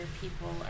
people